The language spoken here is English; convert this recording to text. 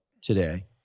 today